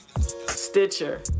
Stitcher